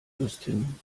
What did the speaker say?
justin